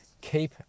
Keep